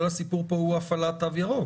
כל הסיפור פה הוא הפעלת תו ירוק.